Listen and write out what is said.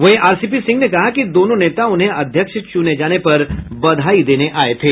वहीं आरसीपी सिंह ने कहा कि दोनों नेता उन्हें अध्यक्ष चुने जाने पर बधाई देने आये थे